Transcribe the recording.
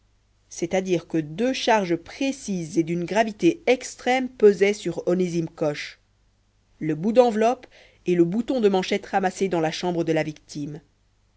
c'est-à-dire que deux charges précises et d'une gravité extrême pesaient sur onésime coche le bout d'enveloppe et le bouton de manchette ramassés dans la chambre de la victime